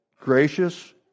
gracious